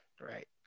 Right